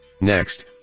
Next